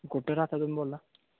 कुठे राहता तुम्ही बोलला